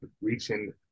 reaching